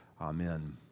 Amen